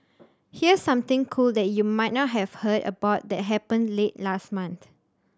here's something cool that you might not have heard about that happened late last month